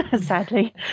sadly